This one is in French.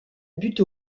butte